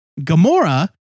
Gamora